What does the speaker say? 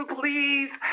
please